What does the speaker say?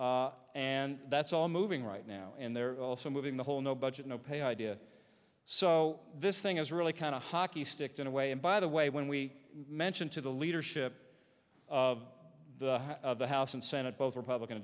and that's all moving right now and they're also moving the whole no budget no pay idea so this thing is really kind of a hockey stick in a way and by the way when we mention to the leadership of the house and senate both republican